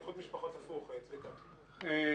משפחות ולמעשה ביצעו אותו באזור ולא בישראל?